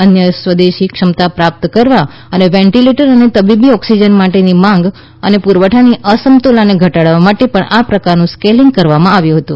અન્ય સ્વદેશી ક્ષમતા પ્રાપ્ત કરવા અને વેન્ટિલેટર અને તબીબી ઓક્સિજન માટેની માંગ અને પુરવઠાની અસમતુલાને ઘટાડવા માટે પણ આ પ્રકારનું સ્કેલિંગ કરવામાં આવ્યું હતું